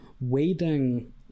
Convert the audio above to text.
Waiting